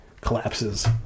collapses